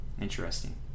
Interesting